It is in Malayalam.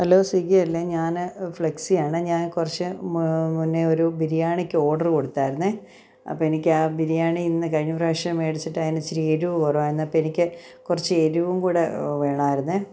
ഹലോ സ്വിഗ്ഗി അല്ലെ ഞാൻ ഫ്ലെക്സിയാണ് ഞാൻ കുറച്ച് മുന്നേ ഒരു ബിരിയാണിക്ക് ഓഡറ് കൊടുത്തായിരുന്നു അപ്പോൾ എനിക്ക് ആ ബിരിയാണി ഇന്ന് കഴിഞ്ഞപ്രാവശ്യം മേടിച്ചിട്ട് അതിന് ഇച്ചിരി എരിവ് കുറവാണ് അപ്പോൾ എനിക്ക് കുറച്ച് എരിവും കൂടെ വേണമായിരുന്നു ഉപ്പ്